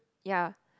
ya